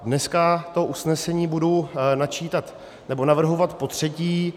Dneska to usnesení budu načítat, nebo navrhovat, potřetí.